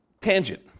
tangent